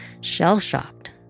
shell-shocked